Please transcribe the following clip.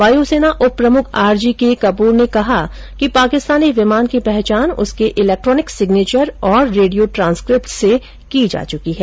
वायुसेना उप प्रमुख आर जी के कपूर ने कहा कि पाकिस्तानी विमान की पहचान उसके इलेक्ट्रोनिक सिंग्नेचर और रेडियो ट्रांसक्रिप्टस से की जा चुकी है